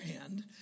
hand